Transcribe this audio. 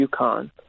UConn